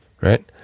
Right